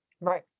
Right